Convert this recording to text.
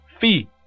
fee